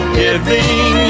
giving